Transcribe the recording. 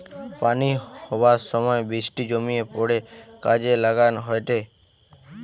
পানি হবার সময় বৃষ্টি জমিয়ে পড়ে কাজে লাগান হয়টে